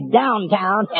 downtown